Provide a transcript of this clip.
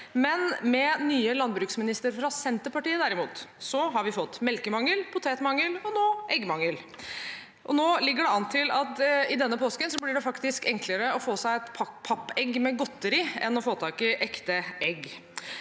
Med den nye landbruksministeren fra Senterpartiet har vi derimot fått melkemangel, potetmangel og nå eggmangel. Nå ligger det an til at det denne påsken faktisk blir enklere å få seg pappegg med godteri enn å få tak i ekte egg.